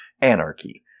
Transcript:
anarchy